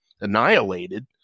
annihilated